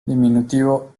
diminutivo